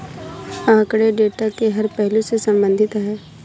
आंकड़े डेटा के हर पहलू से संबंधित है